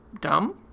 dumb